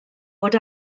fod